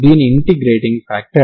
దీని I